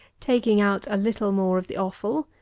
taking out a little more of the offal,